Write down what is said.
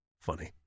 funny